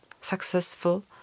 successful